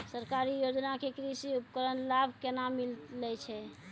सरकारी योजना के कृषि उपकरण लाभ केना मिलै छै?